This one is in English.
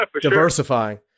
diversifying